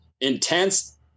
intense